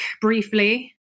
briefly